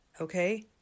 Okay